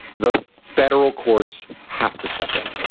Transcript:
the federal courts have to step in.